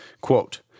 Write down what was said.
Quote